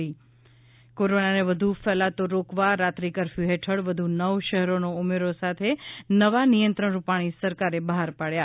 ઃ કોરોનાને વધુ ફેલાતો રોકવા રાત્રિ ક ફંયુ ફેઠળ વધુ નવ શહેરનો ઉમેરા સાથે નવા નિયંત્રણ રૂપાણી સરકારે બહાર પાડ્યા